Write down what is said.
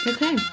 Okay